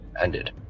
ended